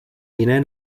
jiné